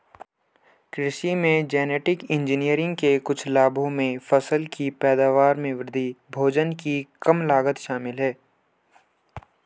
कृषि में genetic engineering के कुछ लाभों में फसल की पैदावार में वृद्धि, भोजन की कम लागत शामिल हैं